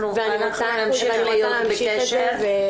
אנחנו נמשיך להיות בקשר .